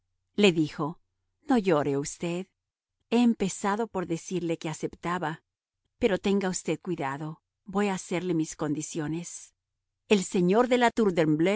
niño grande le dijo no llore usted he empezado por decirle que aceptaba pero tenga usted cuidado voy a hacerle mis condiciones el señor de la tour